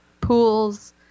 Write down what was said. pools